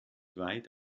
weit